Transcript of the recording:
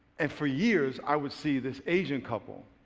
and for years, i would see this asian couple.